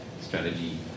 Strategy